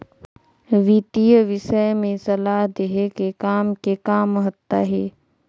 वितीय विषय में सलाह देहे के काम के का महत्ता हे?